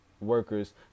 Workers